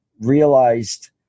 realized